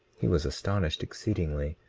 he was astonished exceedingly,